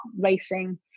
racing